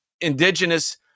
indigenous